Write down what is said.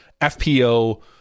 FPO